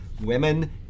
women